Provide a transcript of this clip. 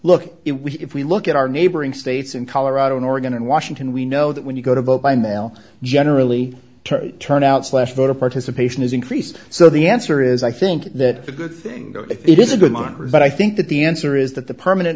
we if we look at our neighboring states in colorado in oregon and washington we know that when you go to vote by mail generally turnout slash voter participation is increased so the answer is i think that a good thing it is a good marker but i think that the answer is that the permanent